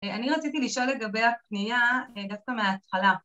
אני רציתי לשאול לגבי הפנייה, דווקא מההתחלה